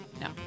no